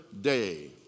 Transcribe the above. day